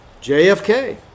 JFK